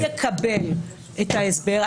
במקרה הזה הוא יקבל את ההסבר,